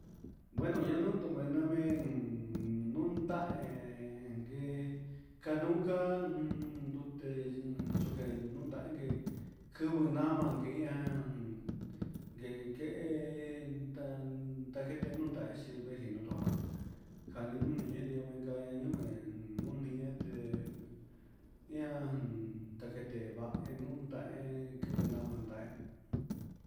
Bueno yanuu tuyunta me'e he nunda'a enkee, kanunka jun ndute chuken ndun tainke kubuu naman naki ihá un nguekee tan takenu naxhi naken nun ndua jani nrimerio menka ñaniumen nuuñete vain nuntein viki nama ta'en.